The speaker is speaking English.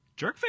Jerkface